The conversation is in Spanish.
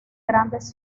grandes